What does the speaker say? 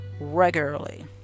regularly